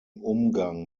umgang